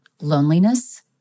loneliness